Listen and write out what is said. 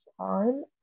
time